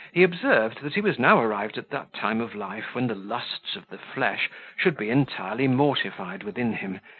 he observed that he was now arrived at that time of life when the lusts of the flesh should be entirely mortified within him,